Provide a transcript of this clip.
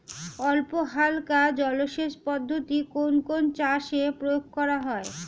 অল্পহালকা জলসেচ পদ্ধতি কোন কোন চাষে প্রয়োগ করা হয়?